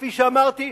כפי שאמרתי,